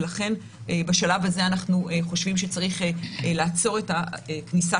ולכן בשלב הזה אנחנו חושבים שצריך לעצור את הכניסה